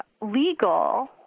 legal